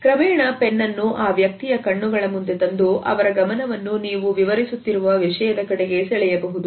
ಕ್ರಮೇಣ ಪೆನ್ನನ್ನು ಆ ವ್ಯಕ್ತಿಯ ಕಣ್ಣುಗಳ ಮುಂದೆ ತಂದು ಅವರ ಗಮನವನ್ನು ನೀವು ವಿವರಿಸುತ್ತಿರುವ ವಿಷಯದ ಕಡೆಗೆ ಸೆಳೆಯಬಹುದು